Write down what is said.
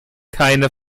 keine